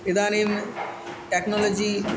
इदानीं टेक्नोलजि